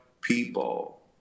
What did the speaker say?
people